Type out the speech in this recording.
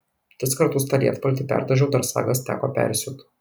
tris kartus tą lietpaltį perdažiau dar sagas teko persiūt